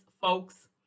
folks